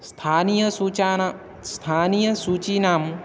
स्थानीयसूचीनां स्थानीयसूचीनाम्